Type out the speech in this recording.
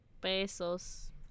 Pesos